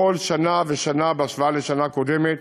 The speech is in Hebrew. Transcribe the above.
בכל שנה ושנה בהשוואה לשנה קודמת